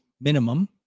minimum